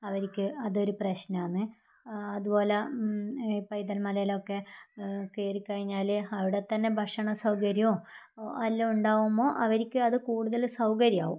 അവർക്ക് അതൊരു പ്രശ്നമാണ് അതുപോലെ ഈ പൈതൽ മലയിലൊക്കെ കയറി കഴിഞ്ഞാൽ അവിടെ തന്നെ ഭക്ഷണ സൗകര്യവും എല്ലാം ഉണ്ടാകുമ്പോൾ അവർക്ക് അതു കൂടുതൽ സൗകര്യമാവും